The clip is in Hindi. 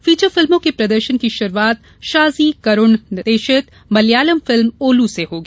फीचर फिल्मों के प्रदर्शन की शुरुआत शाजी करुण निर्देशित मलयालम फिल्म ओलू से होगी